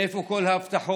איפה כל ההבטחות?